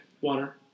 Water